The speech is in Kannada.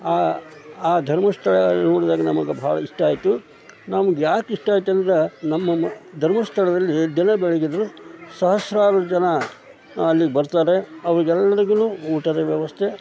ಆ ಆ ಧರ್ಮಸ್ಥಳ ನೋಡಿದಾಗ ನಮ್ಗೆ ಭಾಳ ಇಷ್ಟ ಆಯಿತು ನಮ್ಗೆ ಯಾಕೆ ಇಷ್ಟ ಆಯ್ತಂದ್ರೆ ನಮ್ಮ ಮ ಧರ್ಮಸ್ಥಳದಲ್ಲಿ ದಿನ ಬೆಳಗೆದ್ದರೆ ಸಹಸ್ರಾರು ಜನ ಅಲ್ಲಿ ಬರ್ತಾರೆ ಆವ್ರಿಗೆಲ್ಲರಿಗೂ ಊಟದ ವ್ಯವಸ್ಥೆ